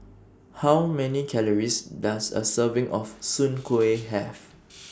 How Many Calories Does A Serving of Soon Kuih Have